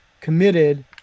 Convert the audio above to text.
committed